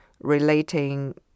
relating